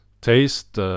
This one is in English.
taste